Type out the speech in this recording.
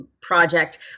Project